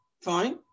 Fine